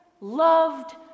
loved